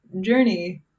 journey